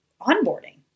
onboarding